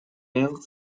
aire